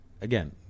Again